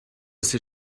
ses